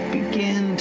begin